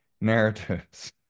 narratives